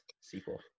Sequel